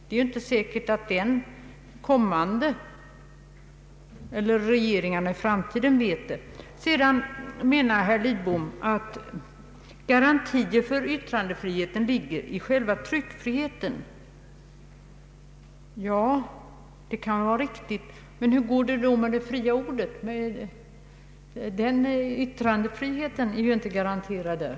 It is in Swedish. Det är inte säkert att regeringarna i framtiden vet det. Herr Lidbom menar att garantier för yttrandefriheten ligger i själva tryckfriheten. Ja, det kan vara riktigt, men hur går det då med det talade ordet — yttrandefriheten är ju inte garanterad där?